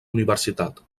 universitat